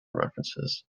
references